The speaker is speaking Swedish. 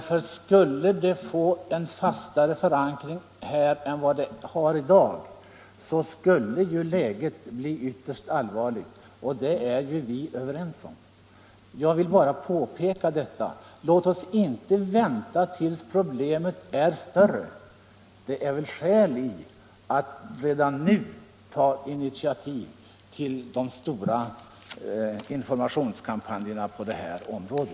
Får heroinet en fastare förankring än vad det har i dag blir läget ytterst allvarligt, det är vi överens om. Låt oss alltså inte vänta tills problemet är större! Det finns skäl att redan nu ta initiativ till bl.a. stora informationskampanjer på detta område.